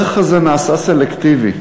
הערך הזה נעשה סלקטיבי.